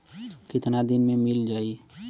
कितना दिन में मील जाई?